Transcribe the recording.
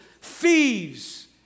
thieves